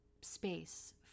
space